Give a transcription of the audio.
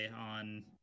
on